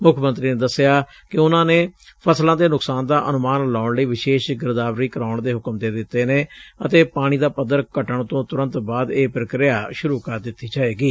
ਮੁੱਖ ਮੰਤਰੀ ਨੇ ਦੱਸਿਆ ਕਿ ਉਨੂਾ ਨੇ ਫਸਲਾਂ ਦੇ ਨੁਕਸਾਨ ਦਾ ਅਨੁਮਾਨ ਲਾਉਣ ਲਈ ਵਿਸ਼ੇਸ਼ ਗਿਰਦਾਵਰੀ ਕਰਵਾਉਣ ਦੇ ਹੁਕਮ ਦੇ ਦਿੱਤੇ ਨੇ ਅਤੇ ਪਾਣੀ ਦਾ ਪੱਧਰ ਘਟਣ ਤੋਂ ਤੁਰੰਤ ਬਾਅਦ ਇਹ ਪ੍ਰਕ੍ਆ ਸ਼ੁਰੂ ਕਰ ਦਿੱਤੀ ਜਾਵੇਗੀ